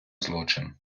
злочин